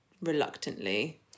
reluctantly